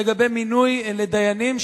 לגבי מינוי דיינים,